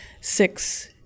six